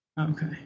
okay